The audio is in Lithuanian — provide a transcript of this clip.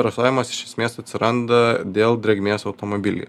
rasojimas iš esmės atsiranda dėl drėgmės automobilyje